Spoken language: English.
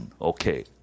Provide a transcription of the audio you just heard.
okay